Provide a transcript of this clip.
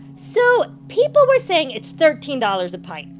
so people were saying it's thirteen dollars a pint.